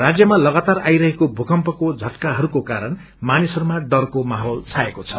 राज्यमा लागातार आईरहेको भूकम्पको झटाकाहरू कारण मानिसहरूमा डरको माहैल छाएको छ